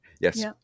Yes